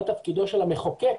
מה תפקידו של המחוקק